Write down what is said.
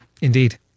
Indeed